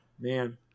Man